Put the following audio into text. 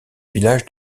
villages